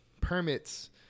permits